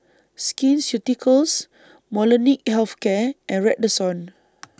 Skin Ceuticals Molnylcke Health Care and Redoxon